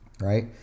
right